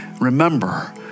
Remember